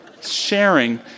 sharing